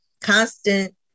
Constant